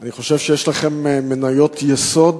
אני חושב שיש לכם מניות יסוד